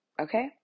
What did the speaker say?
Okay